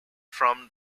from